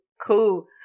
Cool